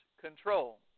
control